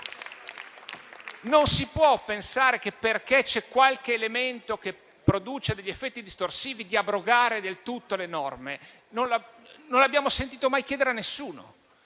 Non si può pensare, poiché c'è qualche elemento che produce degli effetti distorsivi, di abrogare del tutto le norme. Non l'abbiamo sentito mai chiedere a nessuno.